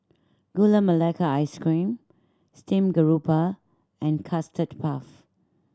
Gula Melaka Ice Cream steamed grouper and Custard Puff